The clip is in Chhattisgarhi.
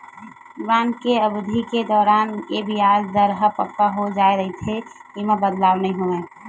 बांड के अबधि के दौरान ये बियाज दर ह पक्का हो जाय रहिथे, ऐमा बदलाव नइ होवय